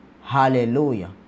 Hallelujah